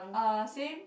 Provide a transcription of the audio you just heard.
uh same